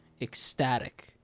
ecstatic